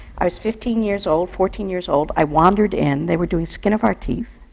i was fifteen years old, fourteen years old. i wandered in, they were doing skin of our teeth,